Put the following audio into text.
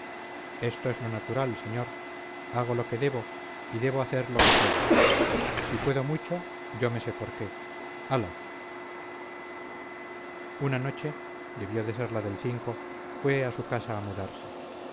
esto es lo natural señor hago lo que debo y debo hacer lo que puedo si puedo mucho yo me sé por qué hala una noche fue a su casa a mudarse